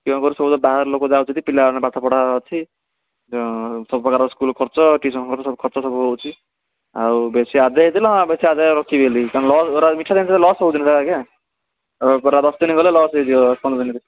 କେଉଁଝରରୁ ସବୁ ବାହାର ଲୋକ ଯାଉଛନ୍ତି ପିଲାମାନଙ୍କ ପାଠ ପଢ଼ା ଅଛି ସବୁ ପ୍ରକାର ସ୍କୁଲ୍ ଖର୍ଚ୍ଚ ଟିଉସନ୍ ଖର୍ଚ୍ଚ ଖର୍ଚ୍ଚ ସବୁ ହେଉଛି ଆଉ ବେଶୀ ଆଦାୟ ଲସ୍ ହେଉଛି ଆଜ୍ଞା ବରା ଦଶ ଦିନ ଗଲେ ଲସ୍ ହୋଇଯିବ ପନ୍ଦର ଦିନ